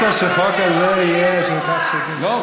לא.